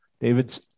David's